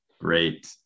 great